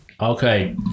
Okay